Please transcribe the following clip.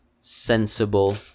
sensible